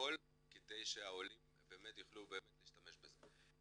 הכל כדי שהעולים יוכלו באמת להשתמש בזה.